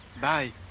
Bye